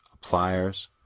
pliers